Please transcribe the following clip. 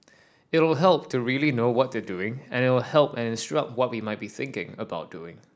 it'll help to really know what they're doing and it'll help and instruct what we might be thinking about doing